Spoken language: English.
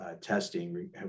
testing